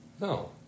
No